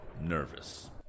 Nervous